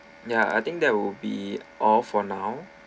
ya I think that will be all for now